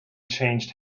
changed